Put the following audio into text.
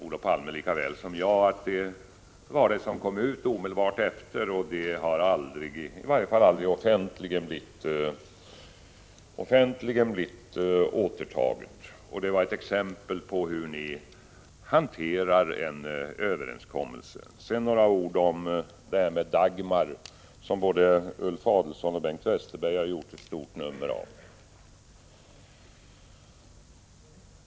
Olof Palme vet lika väl som jag att det var detta som kom ut omedelbart, och det har aldrig blivit återtaget offentligt. Det var ett exempel på hur ni hanterar en överenskommelse. Sedan några ord om Dagmarreformen, som både Ulf Adelsohn och Bengt Westerberg har gjort ett stort nummer av.